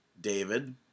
David